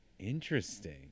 Interesting